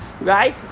right